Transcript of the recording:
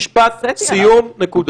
מר דגן, יוסי דגן, ביקשתי משפט סיום, נקודה.